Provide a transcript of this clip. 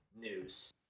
news